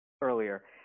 earlier